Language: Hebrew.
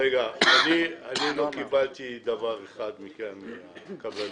רגע, אני לא קיבלתי דבר אחד מכם הקבלנים: